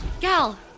Gal